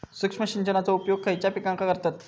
सूक्ष्म सिंचनाचो उपयोग खयच्या पिकांका करतत?